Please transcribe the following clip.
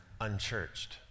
unchurched